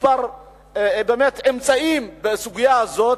כמה אמצעים בסוגיה הזאת,